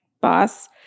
boss